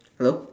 hello